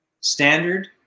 Standard